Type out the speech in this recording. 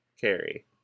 Carrie